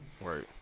Right